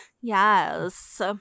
Yes